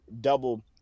double